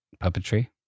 puppetry